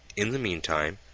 in the meantime,